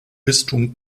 bistum